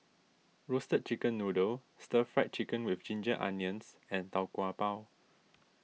Roasted Chicken Noodle Stir Fried Chicken with Ginger Onions and Tau Kwa Pau